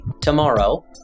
tomorrow